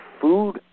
food